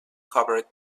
covered